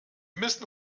müssen